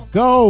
go